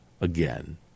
again